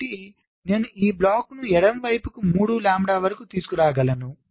కాబట్టి నేను ఈ బ్లాక్ను ఎడమ వైపుకు 3 వ లాంబ్డా వరకు తీసుకురాగలను